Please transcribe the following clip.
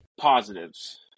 Positives